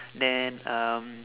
then um